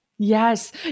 Yes